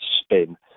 spin